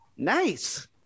Nice